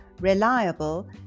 reliable